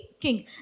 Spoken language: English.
king